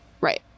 right